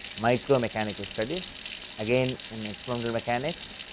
micro mechanical studies again in experimental mechanics,